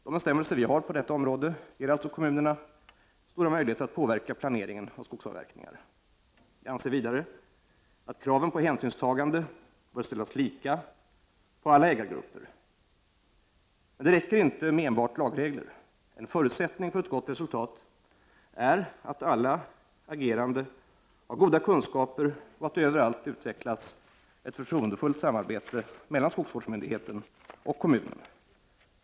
De bestämmelser vi har på detta område ger alltså kommunerna stora möjligheter att påverka planeringen av skogsavverkningar. Jag anser vidare att kraven på hänsynstagande bör ställas lika på alla ägargrupper. Men det räcker inte med enbart lagregler. En förutsättning för ett gott resultat är att alla agerande har goda kunskaper och att det överallt utvecklas ett förtroendefullt samarbete mellan skogsvårdsmyndigheten och kommunen.